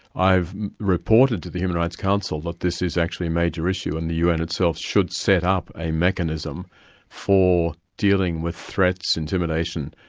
i've reported to the human rights council that this is actually a major issue and the un itself should set up a mechanism for dealing with threats, intimidation,